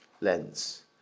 lens